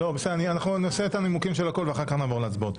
ננמק את הכול ואחר כך נעבור להצבעות.